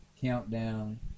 countdown